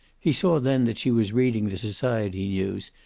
he saw then that she was reading the society news,